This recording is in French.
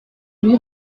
lui